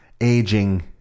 aging